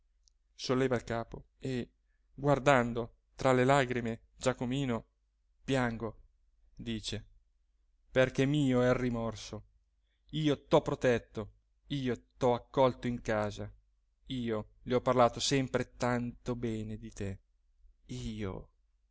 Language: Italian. solleva il capo e guardando tra le lagrime giacomino piango dice perché mio è il rimorso io t'ho protetto io t'ho accolto in casa io le ho parlato sempre tanto bene di te io